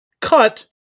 cut